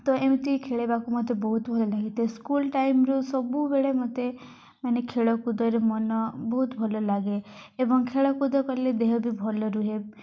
ତ ଏମିତି ଖେଳିବାକୁ ମୋତେ ବହୁତ ଭଲ ଲାଗେ ତ ସ୍କୁଲ୍ ଟାଇମ୍ରୁ ସବୁବେଳେ ମୋତେ ମାନେ ଖେଳକୁଦରେ ମନ ବହୁତ ଭଲ ଲାଗେ ଏବଂ ଖେଳକୁଦ କଲେ ଦେହ ବି ଭଲ ରୁହେ